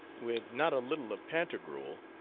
with not a little of pantagruel,